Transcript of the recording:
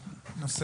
זה.